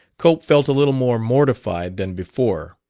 cope felt a little more mortified than before.